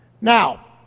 Now